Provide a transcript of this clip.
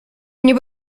mnie